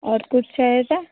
और कुछ चाहिए था